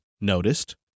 noticed